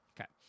Okay